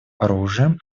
оружием